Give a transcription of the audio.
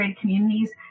communities